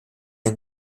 ein